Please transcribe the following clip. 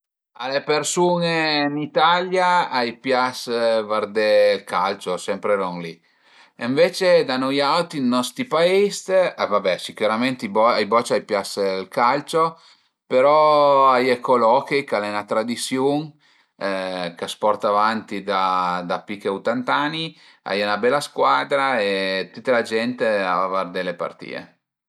A le persun-e ën Italia a i pias vardé ël calcio, sempre lon li, ënvece da nui autri ën nostri pais e va be sicürament ai bocia a i pias ël calcio, però a ie co l'hockey ch'al e 'na tradisiun ch'a së porta avanti da pi dë utanta ani, a ie 'na bela scuadra e tüta la gent a va vardé le partìe